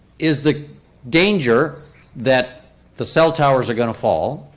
is the danger that the cell towers are going to fall?